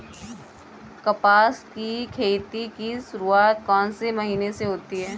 कपास की खेती की शुरुआत कौन से महीने से होती है?